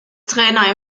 trainer